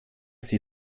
sie